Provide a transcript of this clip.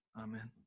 Amen